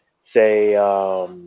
say